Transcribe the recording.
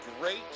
great